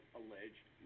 alleged